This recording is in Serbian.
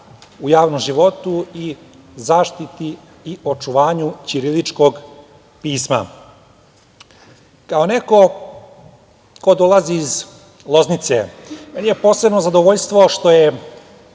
u javnom životu i zaštiti i očuvanju ćiriličkog pisma. Kao neko ko dolazi iz Loznice, meni je posebno zadovoljstvo što je